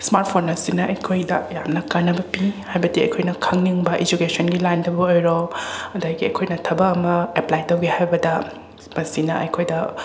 smart phone ꯑꯁꯤꯅ ꯑꯩꯈꯣꯏꯗ ꯌꯥꯝꯅ ꯀꯥꯟꯅꯕ ꯄꯤ ꯍꯥꯏꯕꯗꯤ ꯑꯩꯈꯣꯏꯅ ꯈꯪꯅꯤꯡꯕ ꯏꯖꯨꯀꯦꯁꯟꯒꯤ ꯂꯥꯏꯟꯗꯕꯨ ꯑꯣꯏꯔꯣ ꯑꯗꯒꯤ ꯑꯩꯈꯣꯏꯅ ꯊꯕꯛ ꯑꯃ ꯑꯦꯄ꯭ꯂꯥꯏ ꯇꯧꯒꯦ ꯍꯥꯏꯕꯗ ꯃꯁꯤꯅ ꯑꯩꯈꯣꯏꯗ